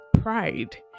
pride